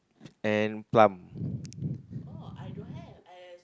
and plum